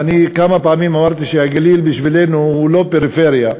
ואני כמה פעמים אמרתי שהגליל בשבילנו הוא לא פריפריה,